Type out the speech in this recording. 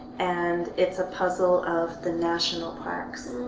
and it's a puzzle of the national parks.